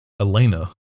Elena